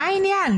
בבקשה,